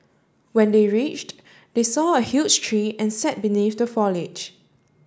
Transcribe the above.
when they reached they saw a huge tree and sat beneath the foliage